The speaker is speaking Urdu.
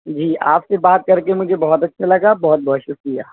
جی آپ سے بات کر کے مجھے بہت اچھا لگا بہت بہت شکریہ